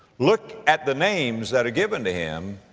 look at the names that are given to him,